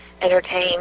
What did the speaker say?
entertain